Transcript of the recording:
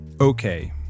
okay